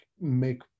make